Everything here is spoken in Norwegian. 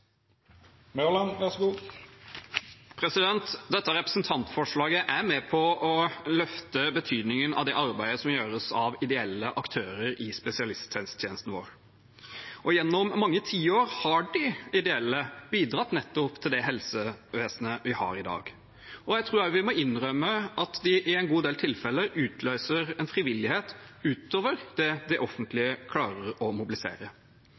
med på å løfte betydningen av det arbeidet som gjøres av ideelle aktører i spesialisthelsetjenesten vår. Gjennom mange tiår har de ideelle bidratt til det helsevesenet vi har i dag. Jeg tror vi må innrømme at de i en god del tilfeller utløser en frivillighet utover det det offentlige klarer å mobilisere.